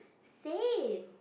same